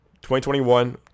2021